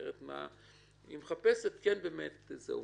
מחפשת את העבירה.